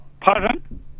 Pardon